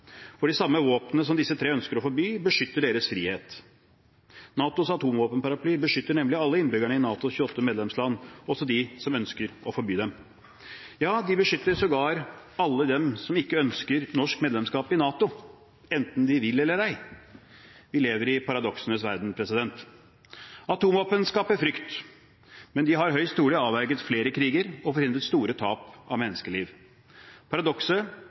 for de samme våpnene som disse tre ønsker å forby, beskytter deres frihet. NATOs atomvåpenparaply beskytter nemlig alle innbyggerne i NATOs 28 medlemsland, også de som ønsker å forby dem. Ja, de beskytter sågar alle dem som ikke ønsker norsk medlemskap i NATO, enten de vil eller ei. Vi lever i paradoksenes verden. Atomvåpen skaper frykt, men de har høyst trolig avverget flere kriger og forhindret store tap av menneskeliv.